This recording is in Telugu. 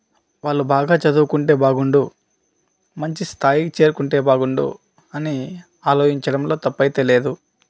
వాళ్ళు బాగా చదువుకుంటే బాగుండు మంచి స్థాయికి చేరుకుంటే బాగుండు అని ఆలోచించడంలో తప్పైతే లేదు